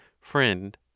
Friend